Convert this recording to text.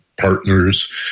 partners